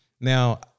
Now